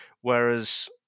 Whereas